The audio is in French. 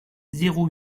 zéro